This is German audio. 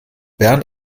bern